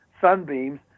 sunbeams